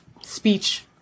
speech